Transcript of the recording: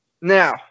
Now